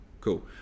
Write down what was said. cool